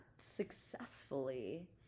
successfully